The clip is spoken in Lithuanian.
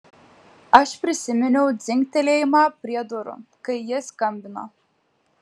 aš prisiminiau dzingtelėjimą prie durų kai jis skambino